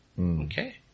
Okay